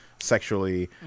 sexually